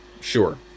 Sure